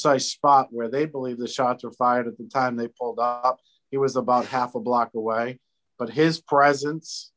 precise spot where they believe the shots were fired at the time they pulled up it was about half a block away but his presence